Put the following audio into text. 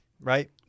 Right